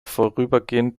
vorübergehend